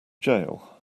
jail